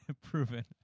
Proven